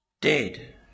dead